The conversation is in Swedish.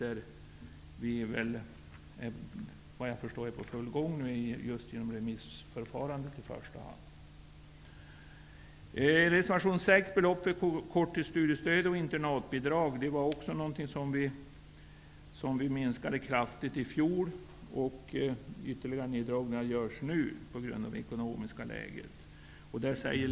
Såvitt jag förstår är man i full gång, i första hand genom ett remissförfarande. Reservation nr 6 handlar om beloppen för korttidsstudiestöd och internatbidrag. Dessa belopp minskade vi kraftigt i fjol, och ytterligare neddragningar på grund av det ekonomiska läget görs nu.